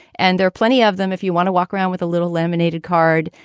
and there are plenty of them. if you want to walk around with a little laminated card,